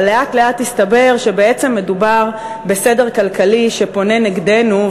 אבל לאט-לאט הסתבר שבעצם מדובר בסדר כלכלי שפונה נגדנו,